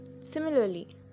Similarly